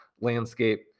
landscape